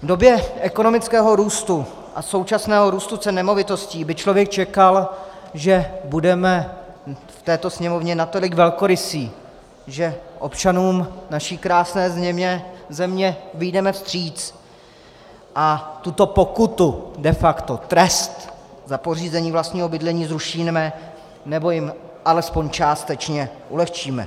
V době ekonomického růstu a současného růstu cen nemovitostí by člověk čekal, že budeme v této Sněmovně natolik velkorysí, že občanům naší krásné země vyjdeme vstříc a tuto pokutu, de facto trest za pořízení vlastního bydlení zrušíme nebo jim alespoň částečně ulehčíme.